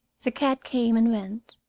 the cat came and went,